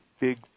big